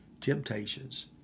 temptations